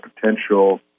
potential